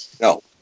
No